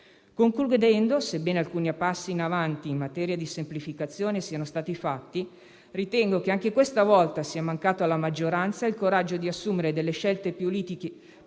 Concludendo, sebbene alcuni passi in avanti in materia di semplificazione siano stati fatti, ritengo che anche questa volta sia mancato alla maggioranza il coraggio di assumere delle scelte politiche